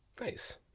Nice